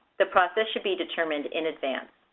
the process should be determined in advance.